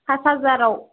pass हाजाराव